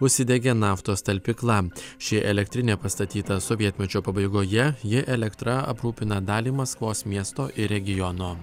užsidegė naftos talpykla ši elektrinė pastatyta sovietmečio pabaigoje ji elektra aprūpina dalį maskvos miesto ir regiono